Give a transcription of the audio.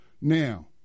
Now